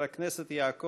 דברי הכנסת חוברת כ'